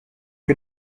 que